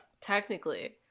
Technically